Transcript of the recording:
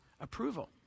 approval